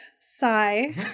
Sigh